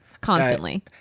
constantly